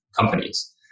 companies